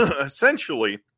essentially